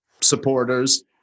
supporters